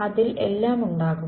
അതിൽ എല്ലാം ഉണ്ടാകും